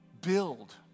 build